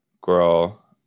Girl